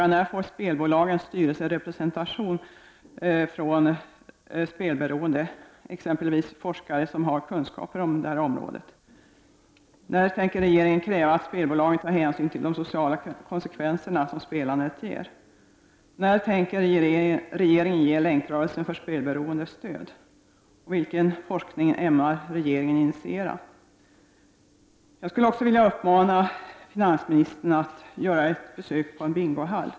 När får spelbolagen styrelserepresentanter som representerar spelberoende, t.ex. forskare som har kunskaper på detta område? Jag vill också uppmana finansministern att besöka en bingohall.